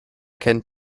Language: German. kennt